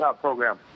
program